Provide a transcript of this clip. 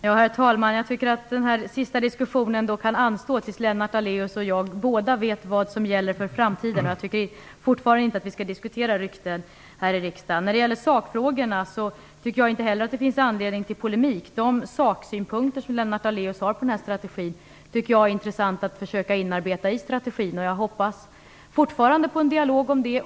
Herr talman! Jag tycker att den sista diskussionen kan anstå tills Lennart Daléus och jag båda vet vad som gäller för framtiden. Jag tycker fortfarande inte att vi skall diskutera rykten här i riksdagen. När det gäller sakfrågorna tycker jag inte heller att det finns anledning till polemik. De saksynpunkter som Lennart Daléus har på denna strategi tycker jag är intressanta att inarbeta i strategin. Jag hoppas fortfarande på en dialog om det.